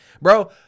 Bro